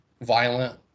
violent